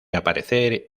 aparecer